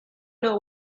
know